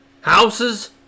houses